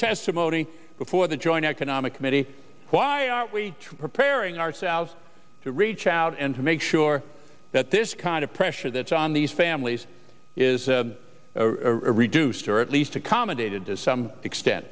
testimony before the joint economic committee why are we preparing ourselves to reach out and to make sure that this kind of pressure that's on these families is reduced or at least accommodated to some extent